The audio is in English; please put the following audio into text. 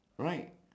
right